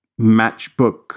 matchbook